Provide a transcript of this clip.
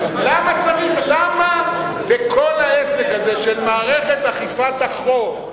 למה בכל העסק הזה, של מערכת אכיפת החוק,